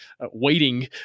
waiting